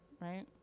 right